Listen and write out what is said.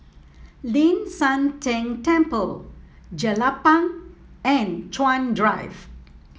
Ling San Teng Temple Jelapang and Chuan Drive